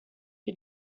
que